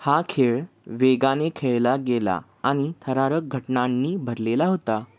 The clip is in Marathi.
हा खेळ वेगाने खेळला गेला आणि थरारक घटनांनी भरलेला होता